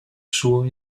suo